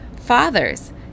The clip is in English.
Fathers